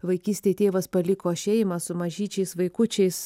vaikystėj tėvas paliko šeimą su mažyčiais vaikučiais